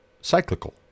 cyclical